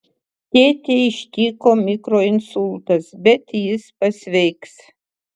tėtį ištiko mikroinsultas bet jis pasveiks